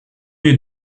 les